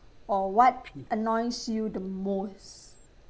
or what annoys you the most